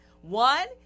One